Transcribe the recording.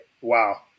wow